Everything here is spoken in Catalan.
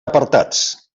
apartats